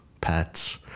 pets